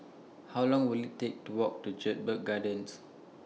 How Long Will IT Take to Walk to Jedburgh Gardens